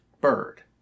bird